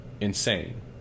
insane